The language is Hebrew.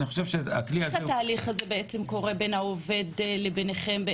איך התהליך הזה בעצם קורה בין העובד לבינכם?